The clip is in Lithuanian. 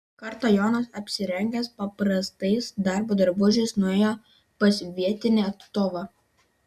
kartą jonas apsirengęs paprastais darbo drabužiais nuėjo pas vietinį atstovą